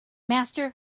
master